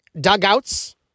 Dugouts